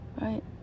right